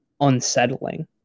unsettling